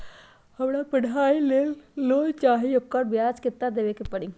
हमरा पढ़ाई के लेल लोन चाहि, ओकर ब्याज केतना दबे के परी?